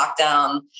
lockdown